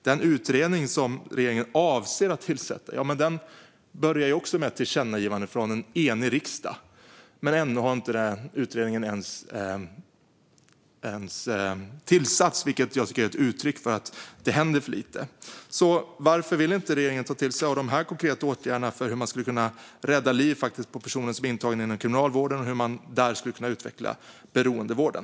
Den utredning som regeringen avser att tillsätta började också med ett tillkännagivande från en enig riksdag, och ändå har den inte ens tillsatts, vilket jag tycker är ett uttryck för att det händer för lite. Varför vill regeringen inte ta till sig konkreta åtgärder för hur man kan rädda livet på personer som är intagna inom Kriminalvården och hur man där kan utveckla beroendevården?